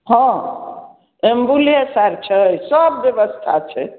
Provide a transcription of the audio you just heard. हँ एम्बुलेस आर छै सब ब्यवस्था छै